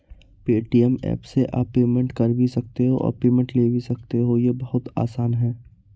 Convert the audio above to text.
Paytm app से आप payment कर भी सकते हो और पेमेंट ले भी सकते हो, ये बहुत आसान है